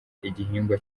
igihingwa